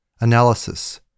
Analysis